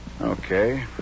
Okay